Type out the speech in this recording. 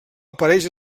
apareix